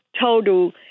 total